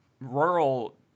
rural